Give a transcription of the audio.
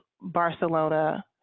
Barcelona